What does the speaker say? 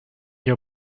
your